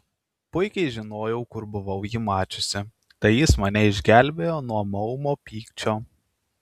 puikiai žinojau kur buvau jį mačiusi tai jis mane išgelbėjo nuo maumo pykčio